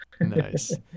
Nice